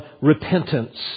repentance